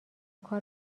کار